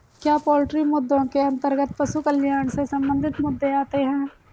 क्या पोल्ट्री मुद्दों के अंतर्गत पशु कल्याण से संबंधित मुद्दे आते हैं?